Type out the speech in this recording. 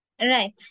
right